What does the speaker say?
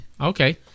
Okay